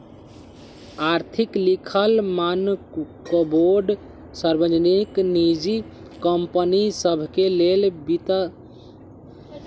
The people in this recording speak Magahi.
आर्थिक लिखल मानकबोर्ड सार्वजनिक, निजी कंपनि सभके लेल वित्तलेखांकन दिशानिर्देश जारी करइ छै